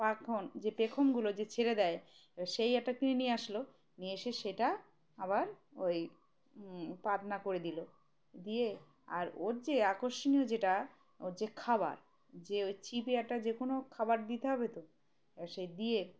পাখন যে পেখমগুলো যে ছেড়ে দেয় সেই একটা কিনে নিয়ে আসলো নিয়ে এসে সেটা আবার ওই পাতনা করে দিলো দিয়ে আর ওর যে আকর্ষণীয় যেটা ওর যে খাবার যে ওই চিপি একটা যে কোনো খাবার দিতে হবে তো সেই দিয়ে